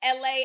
LA